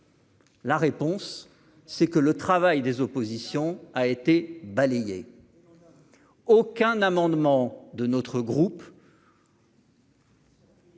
La réponse, c'est que le travail des oppositions, a été balayée aucun amendement de notre groupe.